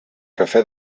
café